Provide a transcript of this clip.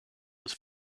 was